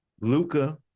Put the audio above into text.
Luca